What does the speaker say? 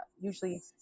usually